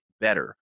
better